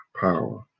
Power